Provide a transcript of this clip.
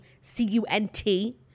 C-U-N-T